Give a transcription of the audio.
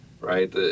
right